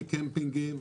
החל מקמפינגים.